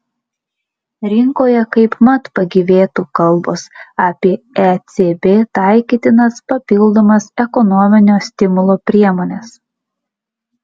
rinkoje kaip mat pagyvėtų kalbos apie ecb taikytinas papildomas ekonominio stimulo priemones